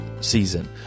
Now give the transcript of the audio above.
season